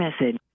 message